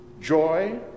Joy